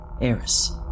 Eris